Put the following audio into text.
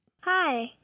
Hi